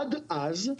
עד אז,